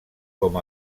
com